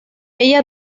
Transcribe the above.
ella